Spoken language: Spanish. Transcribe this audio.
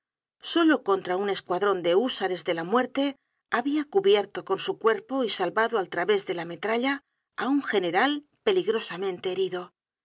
solo contra un escuadron de húsares de la muerte habia cubierto con su cuerpo y salvado al través de la metralla á un general peligrosamente herido